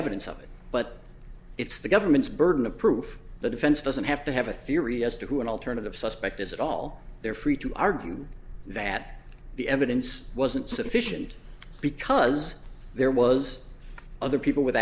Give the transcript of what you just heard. evidence of it but it's the government's burden of proof the defense doesn't have to have a theory as to who an alternative suspect is at all they're free to argue that the evidence wasn't sufficient because there was other people w